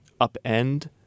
upend